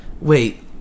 Wait